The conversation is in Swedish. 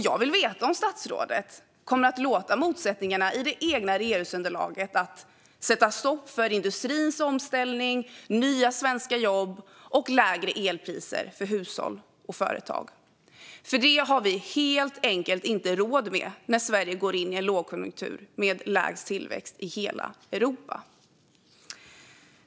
Jag vill veta om statsrådet kommer att låta motsättningarna i det egna regeringsunderlaget sätta stopp för industrins omställning, nya svenska jobb och lägre elpriser för hushåll och företag. För det har vi helt enkelt inte råd med när Sverige går in i en lågkonjunktur med lägst tillväxt i hela Europa.